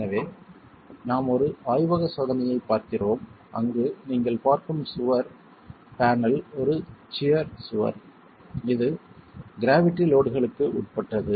எனவே நாம் ஒரு ஆய்வக சோதனையை பார்க்கிறோம் அங்கு நீங்கள் பார்க்கும் சுவர் பேனல் ஒரு சியர் சுவர் இது க்ராவிட்டி லோட்களுக்கு உட்பட்டது